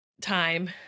time